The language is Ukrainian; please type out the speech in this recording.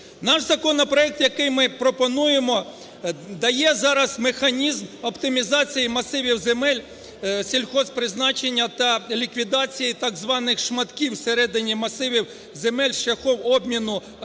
Наш законопроект, який ми пропонуємо, дає зараз механізм оптимізації масивів земель сільгосппризначення та ліквідації, так званих, шматків всередині масивів земель шляхом обміну однієї